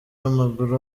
w’amaguru